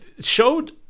showed